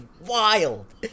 wild